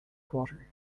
quarter